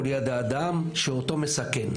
או ליד האדם שאותו מסכן,